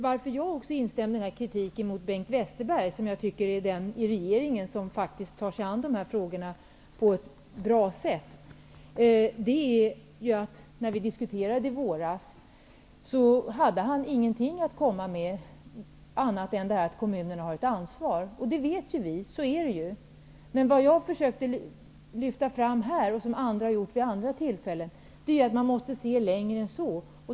Varför även jag instämmer i denna kritik mot Bengt Westerberg, som jag tycker är den i regeringen som faktiskt tar sig an dessa frågor på ett bra sätt, är att han, när vi diskuterade denna fråga i våras, inte hade något att komma med annat än att det är kommunerna som har ett ansvar. Vi vet att kommunerna har ett sådant ansvar. Vad jag försökte lyfta fram här, och som andra har lyft fram vid andra tillfällen, är att man måste se längre än så.